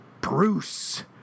Bruce